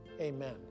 amen